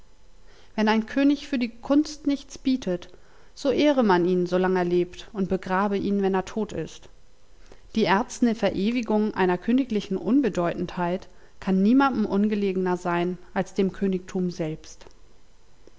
wenn ein könig für die kunst nichts bietet so ehre man ihn so lang er lebt und begrabe ihn wenn er tot ist die erzne verewigung einer königlichen unbedeutendheit kann niemandem ungelegener sein als dem königtum selbst